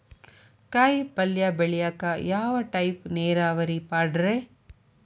ಕಾಯಿಪಲ್ಯ ಬೆಳಿಯಾಕ ಯಾವ ಟೈಪ್ ನೇರಾವರಿ ಪಾಡ್ರೇ?